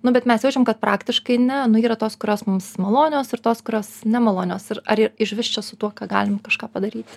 nu bet mes jaučiam kad praktiškai ne nu yra tos kurios mums malonios ir tos kurios nemalonios ir ar ir išvis čia su tuo ką galim kažką padaryt